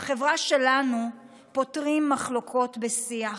בחברה שלנו פותרים מחלוקות בשיח.